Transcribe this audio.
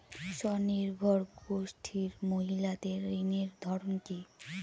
স্বনির্ভর গোষ্ঠীর মহিলাদের ঋণের ধরন কি?